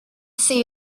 say